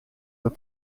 were